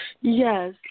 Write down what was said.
Yes